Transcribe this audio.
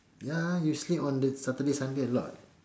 ya you sleep on the Saturday Sunday a lot [what]